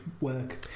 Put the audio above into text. work